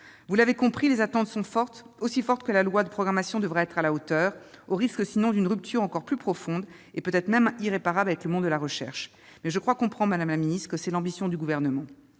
Vous l'aurez compris, les attentes sont si fortes que le projet de loi de programmation devra être à la hauteur, au risque sinon d'une rupture encore plus profonde, et peut-être même irrémédiable, avec le monde de la recherche, mais je crois comprendre, madame la ministre, que telle est l'ambition du Gouvernement.